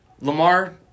Lamar